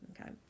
Okay